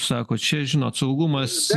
sako čia žinot saugumas